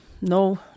no